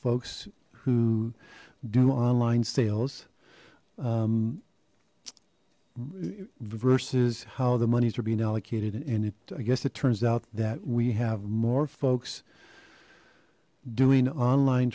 folks who do online sales music versus how the monies are being allocated and it i guess it turns out that we have more folks doing online